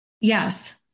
Yes